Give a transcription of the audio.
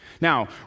Now